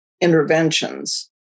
interventions